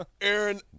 Aaron